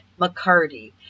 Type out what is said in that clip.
McCarty